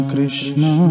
Krishna